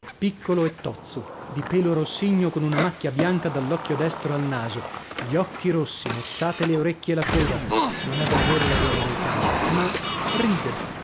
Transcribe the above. piccolo e tozzo di pelo rossigno con una macchia bianca dall'occhio destro al naso gli occhi rossi mozzate le orecchie e la coda non è davvero l'adone dei cani ma ride